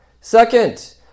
Second